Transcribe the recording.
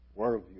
worldview